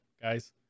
guys